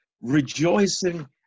rejoicing